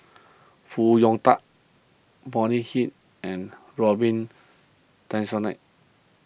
Foo Hong Tatt Bonny Hicks and Robin Tessensohn